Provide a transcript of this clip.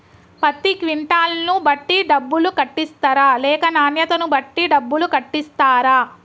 పత్తి క్వింటాల్ ను బట్టి డబ్బులు కట్టిస్తరా లేక నాణ్యతను బట్టి డబ్బులు కట్టిస్తారా?